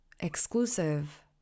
exclusive